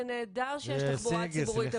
זה נהדר שיש תחבורה ציבורית,